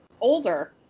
older